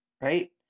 Right